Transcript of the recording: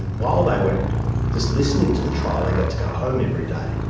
and while they were just listening to the trial they got to go home every day.